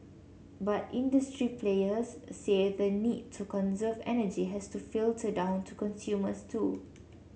but industry players say the need to conserve energy has to filter down to consumers too